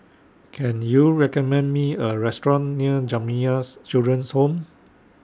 Can YOU recommend Me A Restaurant near Jamiyah's Children's Home